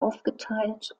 aufgeteilt